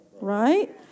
right